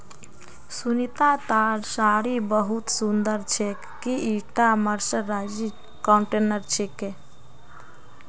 सुनीतार साड़ी बहुत सुंदर छेक, की ईटा मर्सराइज्ड कॉटनेर छिके